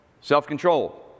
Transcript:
Self-control